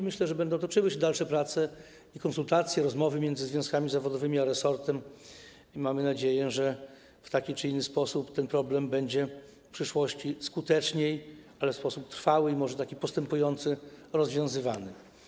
Myślę, że będą toczyły się dalsze prace i konsultacje, rozmowy między związkami zawodowymi a resortem, i mamy nadzieję, że w taki czy inny sposób ten problem będzie w przyszłości skuteczniej, w sposób trwały i może taki postępujący, rozwiązywany.